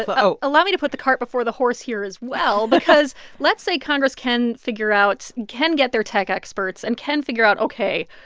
ah but oh allow me to put the cart before the horse here as well because let's say congress can figure out can get their tech experts and can figure out, ok,